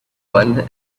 one